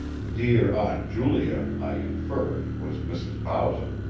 dear aunt julia, i inferred, was mrs. bowser.